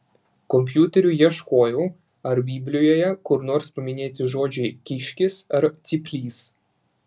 kompiuteriu ieškojau ar biblijoje kur nors paminėti žodžiai kiškis ar cyplys